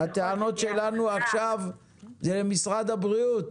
הטענות שלנו עכשיו זה למשרד הבריאות.